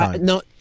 No